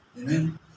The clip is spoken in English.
Amen